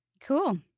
Cool